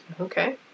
Okay